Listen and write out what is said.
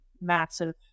massive